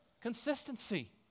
Consistency